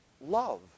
love